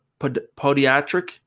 Podiatric